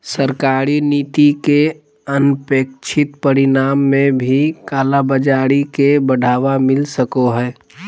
सरकारी नीति के अनपेक्षित परिणाम में भी कालाबाज़ारी के बढ़ावा मिल सको हइ